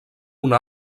una